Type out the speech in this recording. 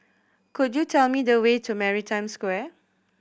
could you tell me the way to Maritime Square